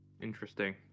Interesting